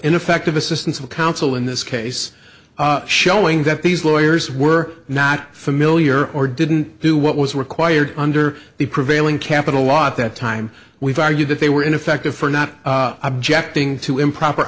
ineffective assistance of counsel in this case showing that these lawyers were not familiar or didn't do what was required under the prevailing capital law at that time we've argued that they were ineffective for not objecting to improper